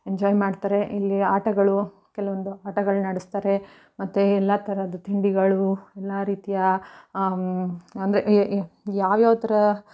enjoy ಮಾಡ್ತಾರೆ ಇಲ್ಲಿ ಆಟಗಳು ಕೆಲವೊಂದು ಆಟಗಳನ್ನಾಡಿಸ್ತಾರೆ ಮತ್ತು ಎಲ್ಲ ಥರದ್ದು ತಿಂಡಿಗಳು ಎಲ್ಲ ರೀತಿಯ ಅಂದರೆ ಯ್ ಯಾವ್ಯಾವ ಥರ